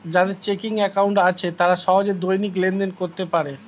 যাদের checking account আছে তারা সহজে দৈনিক লেনদেন করতে পারে